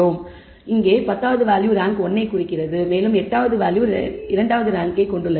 எடுத்துக்காட்டாக இங்கே பத்தாவது வேல்யூ ரேங்க் 1 ஐக் கொண்டுள்ளது மேலும் எட்டாவது வேல்யூ 2 வது ரேங்க் கொண்டுள்ளது